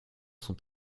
sont